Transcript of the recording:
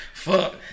Fuck